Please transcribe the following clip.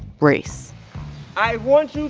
race i want you